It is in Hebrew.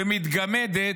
שמתגמדת.